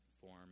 form